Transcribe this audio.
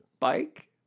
Bike